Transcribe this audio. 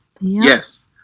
Yes